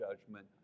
judgment